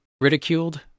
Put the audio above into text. ridiculed